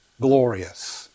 glorious